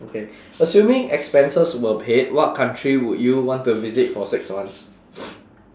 okay assuming expenses were paid what country would you want to visit for six months